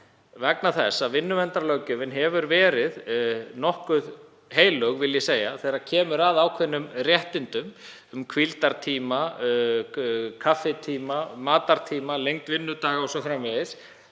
vegna þess að vinnuverndarlöggjöfin hefur verið nokkuð heilög, vil ég segja, þegar kemur að ákveðnum réttindum um hvíldartíma, kaffitíma, matartíma, lengd vinnudaga o.s.frv.